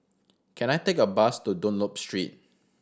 can I take a bus to Dunlop Street